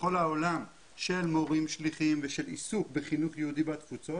בכל העולם של מורים שליחים ושל עיסוק בחינוך יהודי בתפוצות